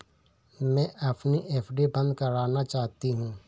मैं अपनी एफ.डी बंद करना चाहती हूँ